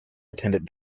attended